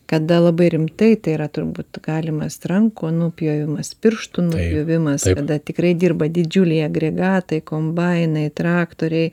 kada labai rimtai tai yra turbūt galimas rankų nupjovimas pirštų nupjovimas kada tikrai dirba didžiuliai agregatai kombainai traktoriai